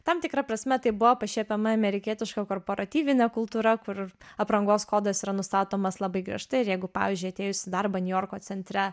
tam tikra prasme taip buvo pašiepiama amerikietiška korporaratyvinė kultūra kur aprangos kodas yra nustatomas labai griežtai ir jeigu pavyzdžiui atėjus į darbą niujorko centre